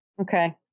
Okay